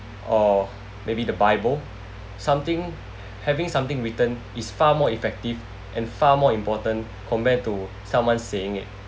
or maybe the bible something having something written is far more effective and far more important compared to someone saying it